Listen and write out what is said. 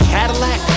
Cadillac